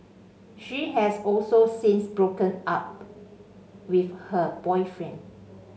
she has also since broken up with her boyfriend